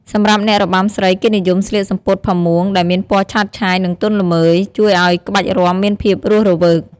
សម្រាប់អ្នករបាំស្រី គេនិយមស្លៀកសំពត់ផាមួងដែលមានពណ៌ឆើតឆាយ និងទន់ល្មើយ ជួយឱ្យក្បាច់រាំមានភាពរស់រវើក។